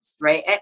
right